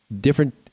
different